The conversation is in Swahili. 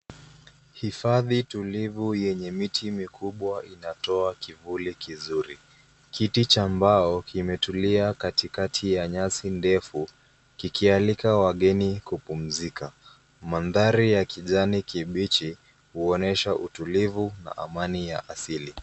Hifadhi tulivu yenye miti mikubwa inatoa kivuli kizuri. Kiti cha mbao kimetulia katikati ya nyasi ndefu, kikialika wageni kupumzika. Mandhari ya kijani kibichi uonyesha utulivu na amani ya asili.